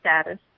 Status